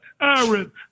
Aaron